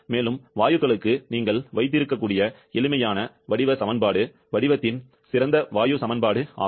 மேலும் வாயுக்களுக்கு நீங்கள் வைத்திருக்கக்கூடிய எளிமையான வடிவ சமன்பாடு வடிவத்தின் சிறந்த வாயு சமன்பாடு ஆகும்